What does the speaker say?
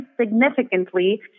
significantly